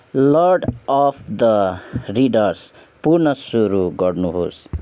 lord of the riders पुन सुरु गर्नुहोस्